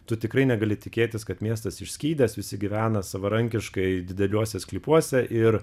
tu tikrai negali tikėtis kad miestas išskydęs visi gyvena savarankiškai dideliuose sklypuose ir